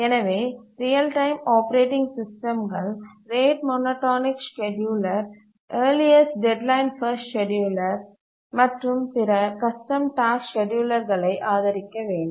எனவே real time operating சிஸ்டம்கள் rate monotonic scheduler earliest deadline first scheduler மற்றும் பிற கஷ்டம் டாஸ்க் ஸ்கேட்யூலர்களை ஆதரிக்க வேண்டும்